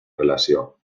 relació